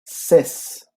ses